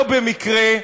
לא במקרה,